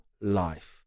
life